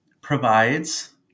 provides